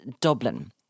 Dublin